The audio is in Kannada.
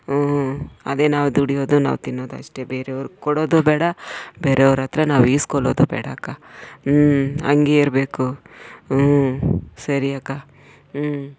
ಹ್ಞೂ ಅದೇ ನಾವು ದುಡಿಯೋದು ನಾವು ತಿನ್ನೋದು ಅಷ್ಟೇ ಬೇರೆಯವ್ರಿಗೆ ಕೊಡೋದು ಬೇಡ ಬೇರೆಯವ್ರ ಹತ್ರ ನಾವು ಈಸ್ಕೊಳ್ಳೋದು ಬೇಡ ಅಕ್ಕ ಹ್ಞೂ ಹಂಗೆ ಇರಬೇಕು ಹ್ಞೂ ಸರಿ ಅಕ್ಕ ಹ್ಞೂ